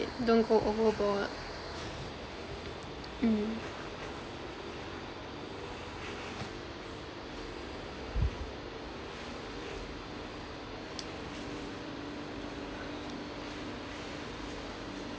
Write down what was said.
don't go overboard mm